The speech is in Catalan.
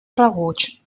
rebuig